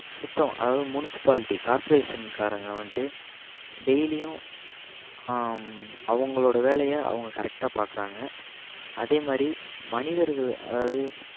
சுத்தம் அதாவது முனிசிபாலிட்டி கார்ப்பரேசன்காரங்க வந்துட்டு டெய்லியும் அவங்களோட வேலையை அவங்க கரெக்டாக பாக்கிறாங்க அதேமாதிரி மனிதர்கள் அதாவது